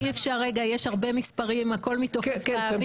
יש הרבה מספרים, הכול מתעופף באוויר.